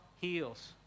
heals